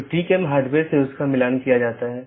तो इस मामले में यह 14 की बात है